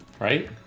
right